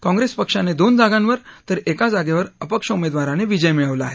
काँग्रेस पक्षाने दोन जागांवर तर एका जागेवर अपक्ष उमेदवाराने विजय मिळवला आहे